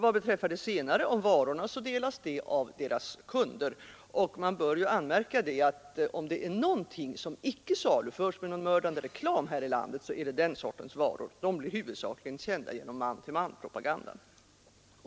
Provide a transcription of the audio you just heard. Den senare synpunkten delas av kunderna, och det bör anmärkas att dessa varor på intet vis saluförs med någon mördande reklam. De blir huvudsakligen kända genom man-till-man-propagandan.